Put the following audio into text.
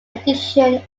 edition